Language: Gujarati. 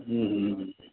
હં હં હં